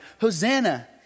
Hosanna